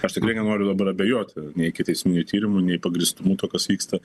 aš tikrai nenoriu dabar abejoti nei ikiteisminiu tyrimu nei pagrįstumu tuo kas vyksta